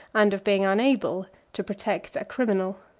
and of being unable, to protect a criminal.